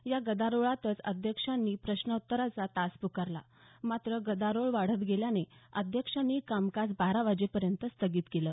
या गदारोळातच अध्यक्षांनी प्रश्नोत्तराचा तास प्रकारला मात्र गदारोळ वाढत गेल्यानं अध्यक्षांनी कामकाज बारा वाजेपर्यंत स्थगित केलं